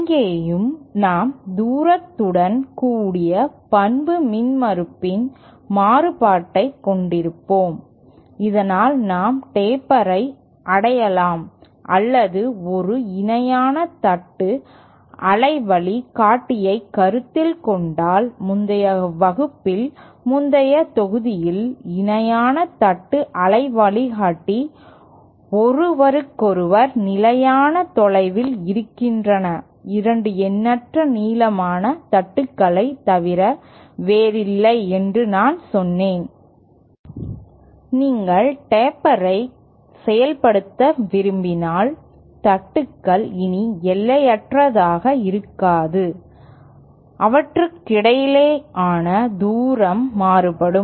இங்கேயும் நாம் தூரத்துடன் கூடிய பண்பு மின்மறுப்பின் மாறுபாட்டைக் கொண்டிருப்போம் இதனால் நாம் டேப்பரை அடையலாம் அல்லது ஒரு இணையான தட்டு அலைவழி காட்டியைக்கருத்தில் கொண்டால் முந்தைய வகுப்பில் முந்தைய தொகுதியில் இணையான தட்டு அலைவழிகாட்டி ஒருவருக்கொருவர் நிலையான தொலைவில் இருக்கின்ற இரண்டுஎண்ணற்ற நீளமான தட்டுகளைத் தவிரவேறில்லை என்று நான் சொன்னேன் நீங்கள் டேப்பரை செயல்படுத்த விரும்பினால் தட்டுகள் இனி எல்லையற்றதாக இருக்காது அவற்றுக்கிடையேயான தூரம் மாறுபடும்